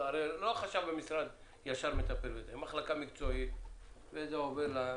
ולא החשב ישר מטפל בזה, ואז זה עובר לחשב.